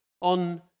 on